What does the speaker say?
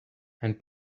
and